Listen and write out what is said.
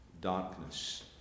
darkness